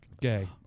Gay